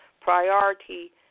priority